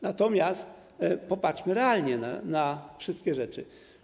Natomiast popatrzmy realnie na wszystkie rzeczy.